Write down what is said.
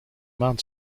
maan